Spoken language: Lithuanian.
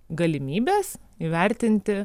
galimybes įvertinti